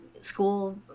school